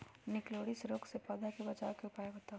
निककरोलीसिस रोग से पौधा के बचाव के उपाय बताऊ?